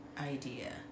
idea